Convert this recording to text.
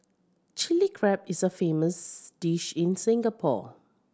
Chilli Crab is a famous dish in Singapore